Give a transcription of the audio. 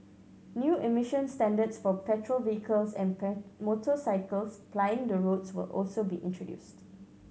new emission standards for petrol vehicles and motorcycles plying the roads will also be introduced